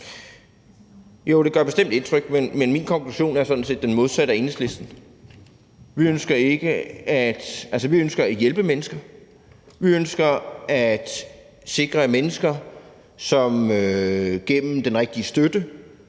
Jo, det gør bestemt indtryk, men min konklusion er sådan set den modsatte af Enhedslistens. Altså, vi ønsker at hjælpe mennesker. Vi ønsker at sikre, at mennesker gennem den rigtige støtte